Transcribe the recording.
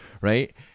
right